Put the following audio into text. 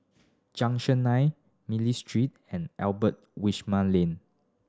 Junction Nine Miller Street and Albert Winsemius Lane